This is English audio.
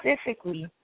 specifically